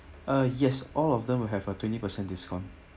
uh yes all of them will have a twenty percent discount